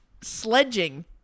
sledging